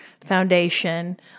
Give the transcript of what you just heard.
Foundation